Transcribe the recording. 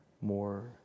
more